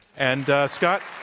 and, scott,